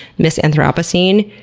miss anthropocene.